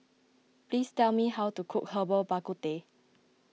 please tell me how to cook Herbal Bak Ku Teh